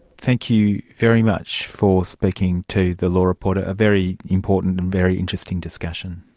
thank you very much for speaking to the law report, a very important and very interesting discussion.